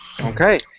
Okay